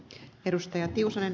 arvoisa puhemies